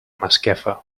masquefa